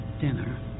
dinner